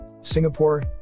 Singapore